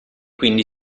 quindi